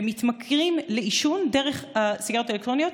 ומתמכרים לעישון דרך הסיגריות האלקטרוניות,